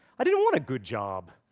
i didn't want a good job!